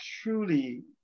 truly